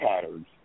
patterns